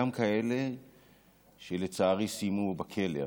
גם כאלה שלצערי סיימו בכלא אפילו.